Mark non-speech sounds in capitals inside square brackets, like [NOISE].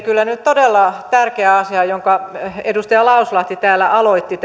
[UNINTELLIGIBLE] kyllä todella tärkeää asiaa lastensuojelukysymystä jonka edustaja lauslahti täällä aloitti [UNINTELLIGIBLE]